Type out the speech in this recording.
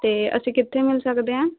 ਅਤੇ ਅਸੀਂ ਕਿੱਥੇ ਮਿਲ ਸਕਦੇ ਹੈ